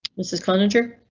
mrs connacher.